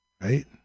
right